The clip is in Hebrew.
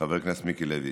חבר הכנסת מיקי לוי,